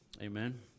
Amen